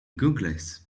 goggles